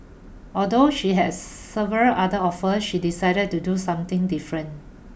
although she had several other offers she decided to do something different